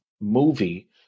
movie